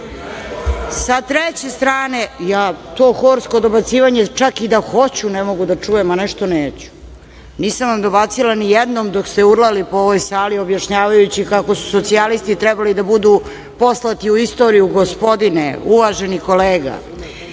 treće strane, to horsko dobacivanje, čak i da hoću ne mogu da čujem, a ne što neću, nisam vam dobacila nijednom dok ste urlali po ovoj sali objašnjavajući kako su socijalisti trebali da budu poslati u istoriju, gospodine, uvaženi kolega.